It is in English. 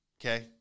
okay